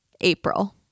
April